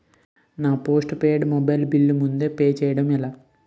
నేను నా postpaid mobile bill ముందే పే చేయడం ఎలా?